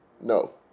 No